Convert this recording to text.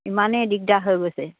ইমানেই দিগদাৰ হৈ গৈছে